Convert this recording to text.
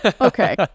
Okay